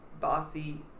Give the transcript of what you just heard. bossy